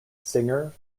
singer